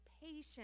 patient